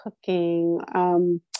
cooking